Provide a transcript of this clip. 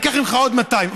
ניקח ממך עוד 200,000,